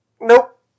Nope